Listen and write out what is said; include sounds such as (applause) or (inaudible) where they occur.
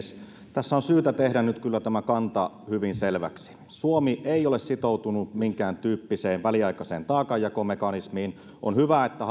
tässä on syytä tehdä nyt kyllä tämä kanta hyvin selväksi suomi ei ole sitoutunut minkääntyyppiseen väliaikaiseen taakanjakomekanismiin on hyvä että (unintelligible)